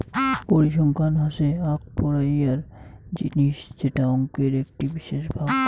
পরিসংখ্যান হসে আক পড়াইয়ার জিনিস যেটা অংকের একটি বিশেষ ভাগ